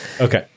Okay